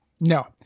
No